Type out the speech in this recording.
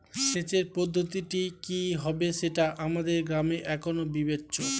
সেচের পদ্ধতিটি কি হবে সেটা আমাদের গ্রামে এখনো বিবেচ্য